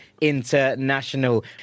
international